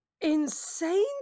insane